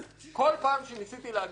כל פעם שניסיתי לומר משהו,